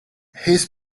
his